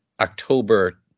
October